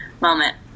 moment